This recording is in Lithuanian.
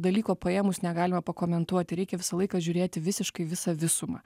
dalyko paėmus negalima pakomentuoti reikia visą laiką žiūrėti visiškai visą visumą